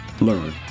learn